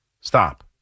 Stop